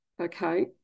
okay